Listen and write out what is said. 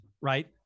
Right